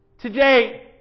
Today